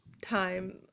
time